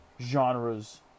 genres